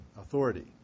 authority